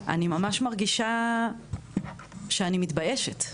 אני ממש מרגישה שאני מתביישת,